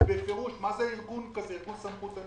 מה זה ארגון סמכותני.